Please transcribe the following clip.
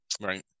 right